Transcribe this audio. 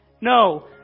No